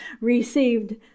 received